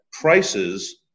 prices